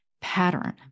pattern